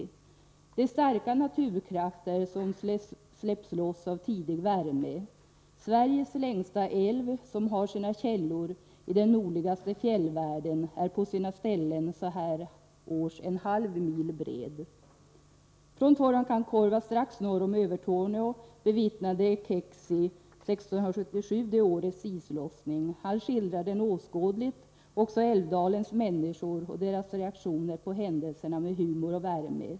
Det är starka naturkrafter som släpps loss av tidig värme. Sveriges längsta älv, som har sina källor i den nordligaste fjällvärlden, är på sina ställen en halv mil bred så här års. Från Torankankorva, strax norr om Övertorneå, bevittnade Keksi 1677 det årets islossning. Han skildrar den åskådligt och berättar också med humor och värme om älvdalens människor och deras reaktioner på händelserna.